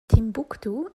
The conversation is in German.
timbuktu